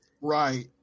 right